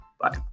Bye